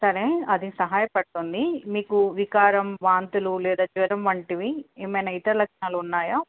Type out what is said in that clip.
సరే అది సహాయపడుతుంది మీకు వికారం వాంతులు లేదా జ్వరం వంటివి ఏమైనా ఇతర లక్షణాలు ఉన్నాయా